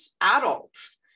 adults